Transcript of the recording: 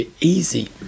easy